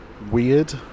Weird